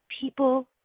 People